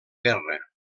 guerra